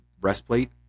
Breastplate